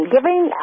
Giving